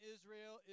Israel